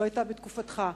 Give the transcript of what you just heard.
לא בתקופתך.